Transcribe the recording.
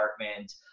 department